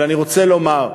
אבל אני רוצה לומר,